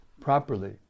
properly